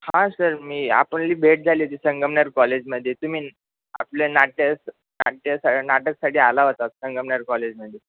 हां सर मी आपली भेट झाली होती संगमनेर कॉलेजमध्ये तुम्ही आपल्या नाट्य नाट्य सा नाटकासाठी आला होता संगमनेर कॉलेजमध्ये